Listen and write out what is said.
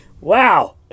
Wow